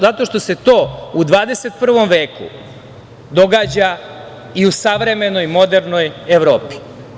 Zato što se to u 21. veku događa i u savremenoj, modernoj Evropi.